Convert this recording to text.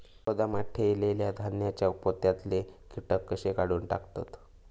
गोदामात ठेयलेल्या धान्यांच्या पोत्यातले कीटक कशे काढून टाकतत?